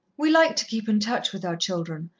we like to keep in touch with our children,